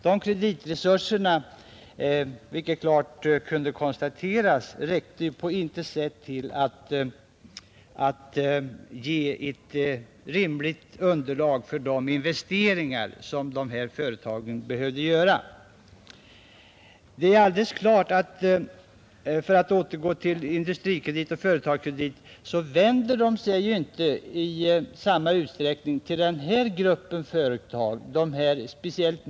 Dessa kreditresurser, vilket klart kunde konstateras, räckte på intet sätt till att ge ett rimligt underlag för de investeringar som dessa företag behövde göra. Det är alldeles klart att AB Industrikredit och AB Företagskredit — för att återgå till dem — inte i första hand vänder sig till gruppen mindre företag.